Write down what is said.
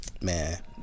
Man